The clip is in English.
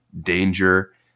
danger